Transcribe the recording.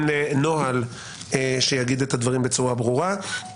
לנוהל שיגיד את הדברים בצורה ברורה.